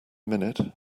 minute